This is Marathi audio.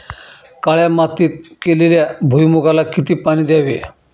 काळ्या मातीत केलेल्या भुईमूगाला किती पाणी द्यावे?